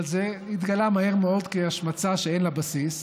אבל זה התגלה מהר מאוד כהשמצה שאין לה בסיס.